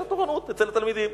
היתה תורנות אצל תלמידים.